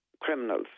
criminals